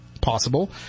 possible